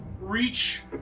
reach